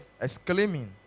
Exclaiming